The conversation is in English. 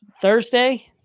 thursday